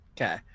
Okay